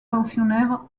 pensionnaires